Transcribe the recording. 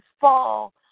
fall